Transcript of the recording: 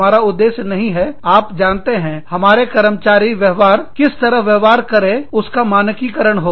हमारा उद्देश्य नहीं है आप जानते हैं हमारे कर्मचारी व्यवहार किस तरह व्यवहार करें उसका मानकीकरण हो